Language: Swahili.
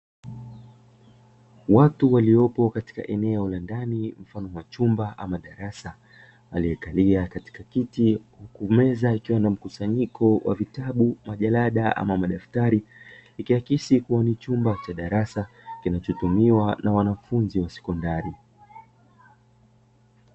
Watu waliopo katika eneo la ndani mfano wa chumba ama darasa, waliokalia katika viti huku meza ikiwa na mkusanyiko wa vitabu, majalada ama madaftari ikiakisi kuwa ni chumba cha darasa kinachotumiwa na wanafunzi wa sekondari.